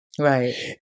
Right